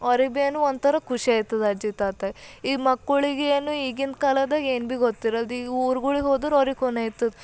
ಅವ್ರಿಗೆ ಭೀ ಏನು ಒಂಥರ ಖುಷಿ ಆಯ್ತದ ಅಜ್ಜಿ ತಾತಗೆ ಈಗ ಮಕ್ಕಳಿಗೆ ಏನು ಈಗಿನ ಕಾಲದಾಗ ಏನು ಭೀ ಗೊತ್ತಿರಲ್ದ ಈಗ ಊರ್ಗಳಿಗೆ ಹೋದ್ರೆ ಅವ್ರಿಗೆ ಕೊನೆ ಆಯ್ತದ